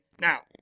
Now